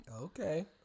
Okay